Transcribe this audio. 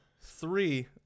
three